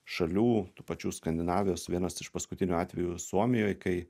šalių tų pačių skandinavijos vienas iš paskutinių atvejų suomijoj kai